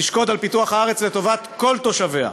תשקוד על פיתוח הארץ לטובת כל תושביה,